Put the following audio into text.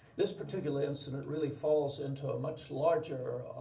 this particular incident really falls into a much larger